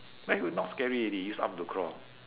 meg would not scary already use arm to crawl